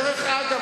דרך אגב,